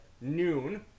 noon